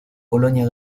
colonia